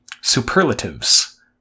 superlatives